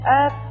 up